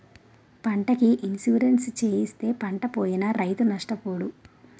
పంటకి ఇన్సూరెన్సు చేయిస్తే పంటపోయినా రైతు నష్టపోడు